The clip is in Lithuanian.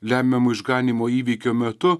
lemiamu išganymo įvykio metu